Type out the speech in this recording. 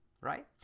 right